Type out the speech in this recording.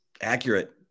accurate